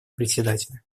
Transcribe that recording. председателя